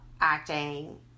acting